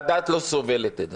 והדעת לא סובלת את זה.